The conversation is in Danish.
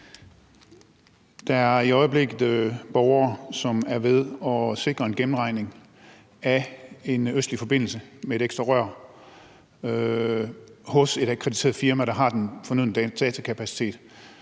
Der er i øjeblikket borgere, som er ved at sikre en gennemregning af en østlig forbindelse med et ekstra rør hos et akkrediteret firma, der har den fornødne datakapacitet.